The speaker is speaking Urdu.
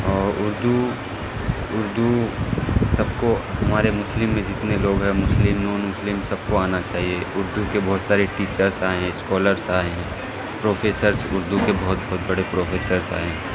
اور اردو اردو سب کو ہمارے مسلم میں جتنے لوگ ہیں مسلم نان مسلم سب کو آنا چاہیے اردو کے بہت سارے ٹیچرس آئے ہیں اسکالرس آئے ہیں پروفیسرس اردو کے بہت بہت بڑے پروفیسرس آئے ہیں